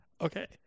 Okay